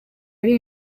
ari